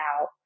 out